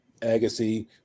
Agassi